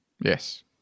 Yes